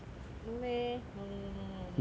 no leh no no no no no no no